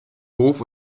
hof